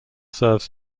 serves